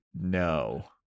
no